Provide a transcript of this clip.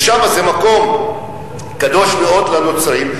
וזה מקום קדוש מאוד לנוצרים,